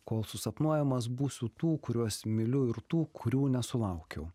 kol susapnuojamas būsiu tų kuriuos myliu ir tų kurių nesulaukiau